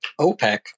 OPEC